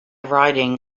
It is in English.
riding